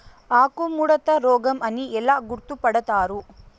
ఆకుముడత రోగం అని ఎలా గుర్తుపడతారు?